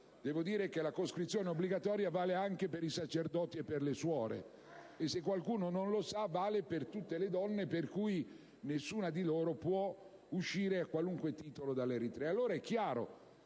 ricordare che la coscrizione obbligatoria vale anche per i sacerdoti e per le suore. E se qualcuno ancora non lo sa, vale inoltre per tutte le donne, per cui nessuna di loro può uscire a qualunque titolo dall'Eritrea.